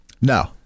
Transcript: No